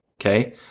okay